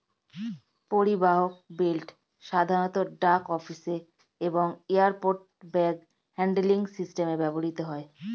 পরিবাহক বেল্ট সাধারণত ডাক অফিসে এবং এয়ারপোর্ট ব্যাগ হ্যান্ডলিং সিস্টেমে ব্যবহৃত হয়